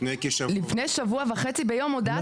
לפני שבוע וחצי, ביום הודעה על הפירוק.